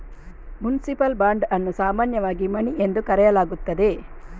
municipal bond ಅನ್ನು ಸಾಮಾನ್ಯವಾಗಿ money ಎಂದು ಕರೆಯಲಾಗುತ್ತದೆ